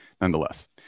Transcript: nonetheless